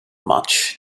much